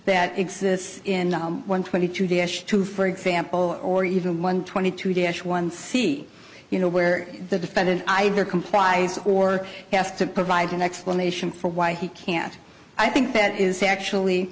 that exists in one twenty two vs two for example or even one twenty two d h one c you know where the defendant either complies or has to provide an explanation for why he can't i think that is actually